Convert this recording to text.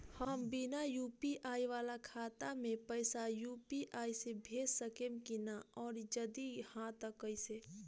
हम बिना यू.पी.आई वाला खाता मे पैसा यू.पी.आई से भेज सकेम की ना और जदि हाँ त कईसे?